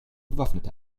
bewaffnete